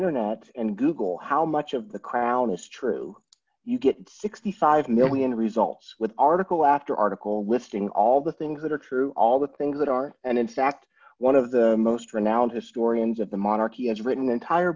internet and google how much of the crown is true you get sixty five million results with article after article listing all the things that are true all the things that are and in fact one of the most renowned historians of the monarchy has written the entire